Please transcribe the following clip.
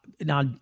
now